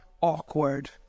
awkward